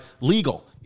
legal